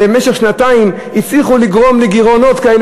ובמשך שנתיים הצליחו לגרום לגירעונות כאלה,